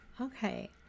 okay